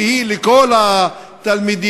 שהיא לכל התלמידים,